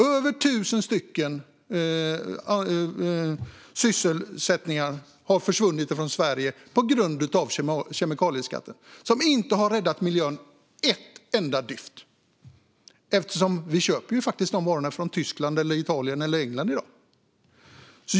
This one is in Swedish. Över 1 000 sysselsättningstillfällen har försvunnit från Sverige på grund av kemikalieskatten, som inte har räddat miljön ett enda dyft eftersom vi faktiskt köper varorna från Tyskland, Italien eller England i dag.